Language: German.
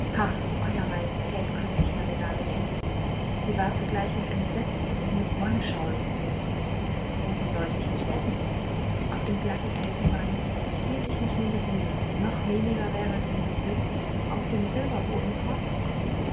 euer majestät können sich meine lage denken sie war zugleich mit entsetzen und mit wonneschauern verbunden wohin sollte ich mich retten auf dem glatten elfenbein hielt ich mich nur mit mühe noch weniger wäre es mir geglückt auf dem silberboden fortzukommen